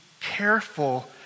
careful